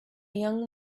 young